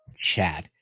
chat